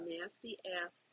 nasty-ass